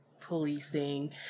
policing